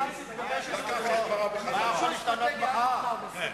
יגבשו אסטרטגיה עד מחר, ב-24 שעות.